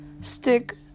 stick